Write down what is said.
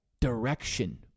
direction